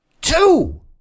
Two